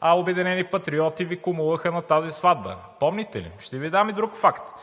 а „Обединени патриоти“ Ви „кумуваха“ на тази „сватба“. Помните ли? Ще Ви дам и друг факт.